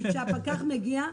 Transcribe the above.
כי כשהפקח מגיע,